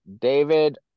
David